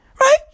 Right